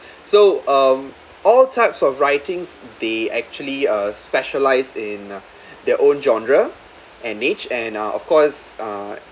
so um all types of writings they actually uh specialized in their own genre and niche and uh of course uh